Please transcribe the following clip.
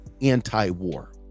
anti-war